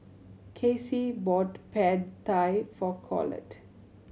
Kacie bought Pad Thai for Colette